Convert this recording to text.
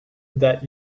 that